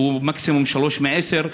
שהם מקסימום 3 מ-10,